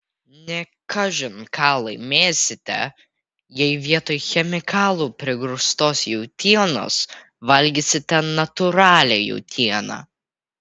ne kažin ką laimėsite jei vietoj chemikalų prigrūstos jautienos valgysite natūralią jautieną